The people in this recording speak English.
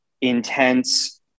intense